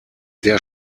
der